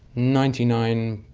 ninety nine.